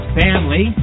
family